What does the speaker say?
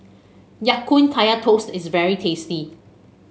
Ya Kun Kaya Toast is very tasty